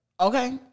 okay